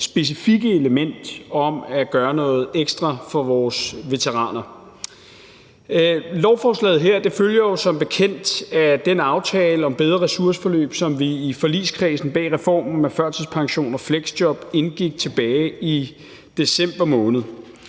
specifikke element om at gøre noget ekstra for vores veteraner. Lovforslaget her følger jo som bekendt af den aftale om bedre ressourceforløb, som vi i forligskredsen bag reformen af førtidspension og fleksjob indgik tilbage i december måned.